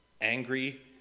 angry